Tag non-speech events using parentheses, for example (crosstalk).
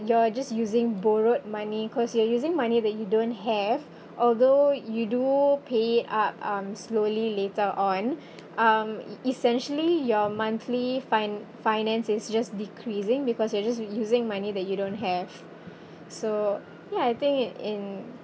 you're just using borrowed money cause you are using money that you don't have although you do pay it up um slowly later on (breath) um essentially your monthly fin~ finance is just decreasing because you are just using money that you don't have so ya I think it in